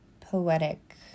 poetic